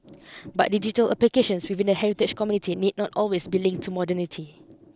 but digital applications within the heritage community need not always be linked to modernity